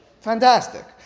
Fantastic